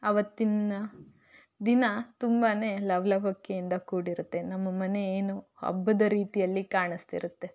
ಆವತ್ತಿನ ದಿನ ತುಂಬಾ ಲವಲವಿಕೆಯಿಂದ ಕೂಡಿರತ್ತೆ ನಮ್ಮ ಮನೆ ಏನು ಹಬ್ಬದ ರೀತಿಯಲ್ಲಿ ಕಾಣಿಸ್ತಿರತ್ತೆ